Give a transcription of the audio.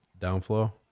Downflow